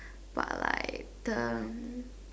but like the